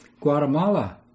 Guatemala